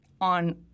on